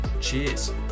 Cheers